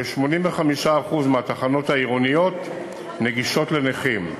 כ-85% מהתחנות העירוניות נגישות לנכים.